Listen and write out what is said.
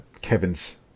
Kevin's